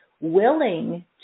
willing